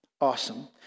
awesome